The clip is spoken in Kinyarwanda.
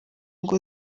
ngo